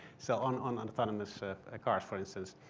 so on on and autonomous ah cars for instance.